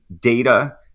data